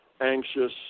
anxious